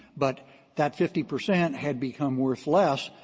but that fifty percent had become worth less,